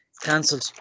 cancelled